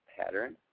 pattern